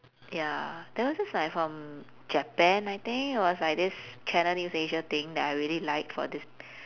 ya there was this like from japan I think it was like this channel news asia thing that I really liked for this